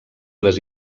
les